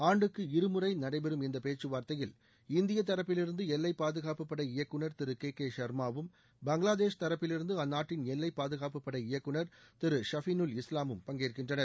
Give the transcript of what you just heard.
ஆண்டுக்கு இருமுறை நடைபெறும் இந்த பேச்சுவார்த்தையில் இந்திய தரப்பிலிருந்து எல்லைப் பாதுகாப்புப்படை இயக்குநர் திரு கே கே ஷர்மாவும் பங்களாதேஷ் தரப்பிலிருந்து அஅந்நாட்டின் எல்லைப்பாதுகாப்புப்படை இயக்குநர் திரு ஷஃபினுல் இஸ்லாமும் பங்கேற்கின்றனர்